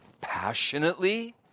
passionately